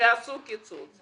שיעשו קיצוץ.